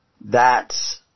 thats